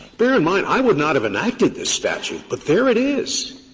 bear in mind i would not have enacted this statute, but there it is.